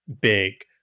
big